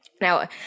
Now